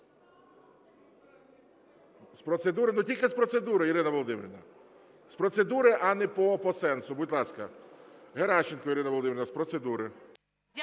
З процедури… Ну, тільки з процедури, Ірина Володимирівна. З процедури, а не по сенсу, будь ласка. Геращенко Ірина Володимирівна, з процедури.